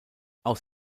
aus